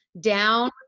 Down